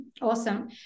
Awesome